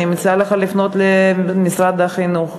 אני מציעה לך לפנות למשרד החינוך.